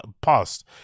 past